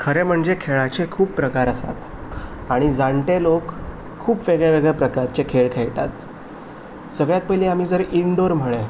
खरें म्हणजें खेळाचें खूब प्रकार आसा आनी जाणटे लोक खूब वेगळेवेगळे प्रकारचे खेळ खेळटात सगल्यांत पयलीं आमी जर इनडोर म्हळें